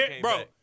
Bro